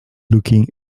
looking